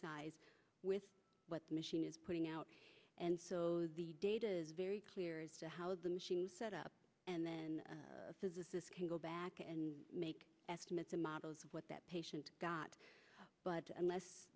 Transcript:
size with what the machine is putting out and so the data is very clear as to how the machine set up and then physicists can go back and make estimates the models of what that patient got but unless